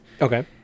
Okay